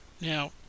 Now